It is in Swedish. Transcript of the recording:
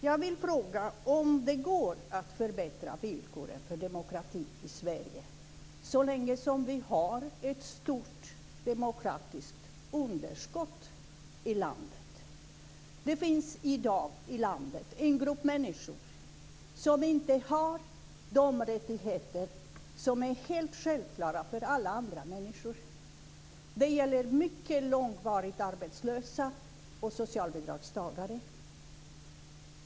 Jag vill fråga om det går att förbättra villkoren för demokratin i Sverige så länge som vi har ett stort demokratiskt underskott i landet. Det finns i dag en grupp människor i Sverige som inte har de rättigheter som är helt självklara för alla andra människor. Det gäller mycket långvarigt arbetslösa och socialbidragstagare.